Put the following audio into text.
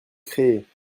créer